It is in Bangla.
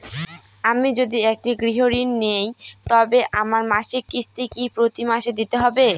আমি যদি একটি গৃহঋণ নিই তবে আমার মাসিক কিস্তি কি প্রতি মাসে দিতে হবে?